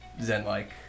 Zen-like